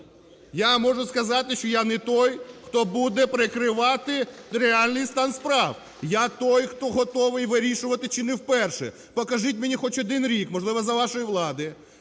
Я можу сказати, що я не той, хто буде прикривати реальний стан справ, я той, хто готовий вирішувати чи не вперше. Покажіть мені хоч один рік, можливо, за вашої влади,